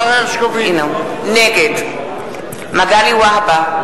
נגד מגלי והבה,